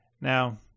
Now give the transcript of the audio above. Now